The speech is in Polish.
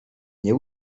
nie